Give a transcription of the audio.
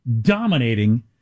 dominating